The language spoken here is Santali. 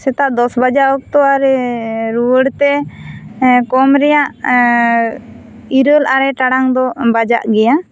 ᱥᱮᱛᱟᱜ ᱫᱚᱥ ᱵᱟᱡᱟ ᱚᱠᱛᱚ ᱟᱨᱮ ᱨᱩᱣᱟᱹᱲ ᱛᱮ ᱠᱚᱢ ᱨᱮᱭᱟᱜ ᱤᱨᱟᱹᱞ ᱟᱨᱮ ᱴᱟᱲᱟᱝ ᱫᱚ ᱵᱟᱡᱟᱜ ᱜᱤᱭᱟ